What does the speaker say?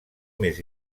més